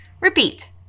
Repeat